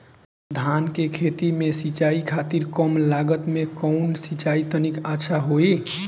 धान के खेती में सिंचाई खातिर कम लागत में कउन सिंचाई तकनीक अच्छा होई?